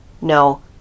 No